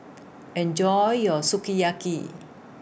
Enjoy your Sukiyaki